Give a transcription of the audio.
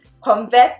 converse